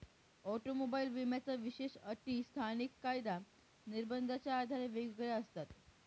automobile विम्याच्या विशेष अटी स्थानिक कायदा निर्बंधाच्या आधारे वेगवेगळ्या असतात